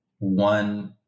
one